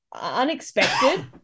unexpected